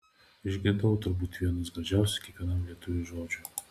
išgirdau turbūt vienus gražiausių kiekvienam lietuviui žodžių